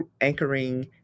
anchoring